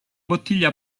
bottiglia